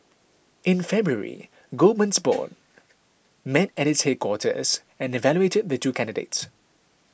in February Goldman's board met at its headquarters and evaluated the two candidates